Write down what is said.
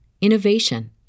innovation